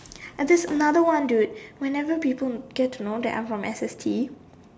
and this another one dude whenever people get to know that I'm from S_S_G